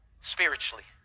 spiritually